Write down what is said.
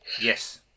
Yes